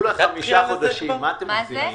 זה בסך הכול חמישה חודשים, מה אתם עושים בעניין?